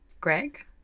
Greg